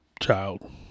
child